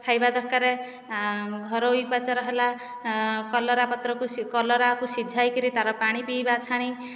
ଖାଇବା ଦରକାର ଘରୋଇ ଉପଚାର ହେଲା କଲରା ପତ୍ରକୁ କଲରାକୁ ସିଝାଇକରି ତା'ର ପାଣି ପିଇବା ଛାଣି